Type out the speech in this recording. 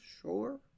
Sure